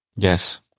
Yes